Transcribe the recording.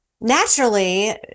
Naturally